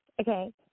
okay